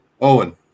Owen